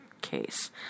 case